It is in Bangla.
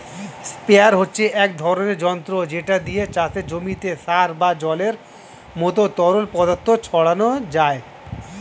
স্প্রেয়ার হচ্ছে এক ধরনের যন্ত্র যেটা দিয়ে চাষের জমিতে সার বা জলের মতো তরল পদার্থ ছড়ানো যায়